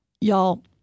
Y'all